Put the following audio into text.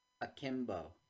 Akimbo